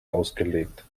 ausgelegt